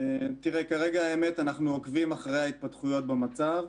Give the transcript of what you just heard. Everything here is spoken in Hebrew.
כרגע האמת אנחנו עוקבים אחרי ההתפתחויות במצב.